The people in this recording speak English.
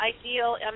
ideal